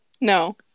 No